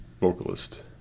Vocalist